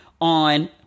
on